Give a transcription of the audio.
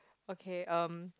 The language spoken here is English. okay um